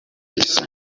isi